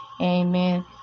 Amen